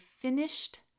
finished